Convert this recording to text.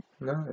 No